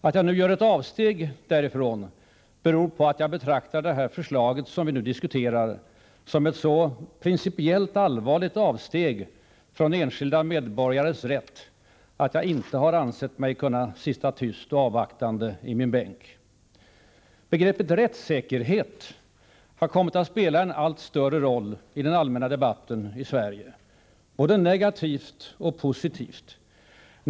Att jag nu gör ett avsteg därifrån beror på att jag betraktar det förslag vi nu diskuterar som ett så principiellt allvarligt avsteg från enskilda medborgares rätt, att jag inte har ansett mig kunna sitta tyst och avvaktande i min bänk. Begreppet rättssäkerhet har kommit att spela en allt större roll i den allmänna debatten i Sverige, både negativt och positivt.